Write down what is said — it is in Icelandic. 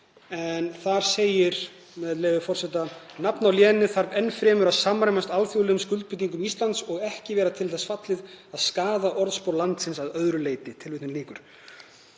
Þar segir, með leyfi forseta: „Nafn á léni þarf enn fremur að samræmast alþjóðlegum skuldbindingum Íslands og ekki vera til þess fallið að skaða orðspor landsins að öðru leyti.“ Nú get ég ekkert